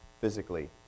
physically